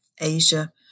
Asia